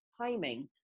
timing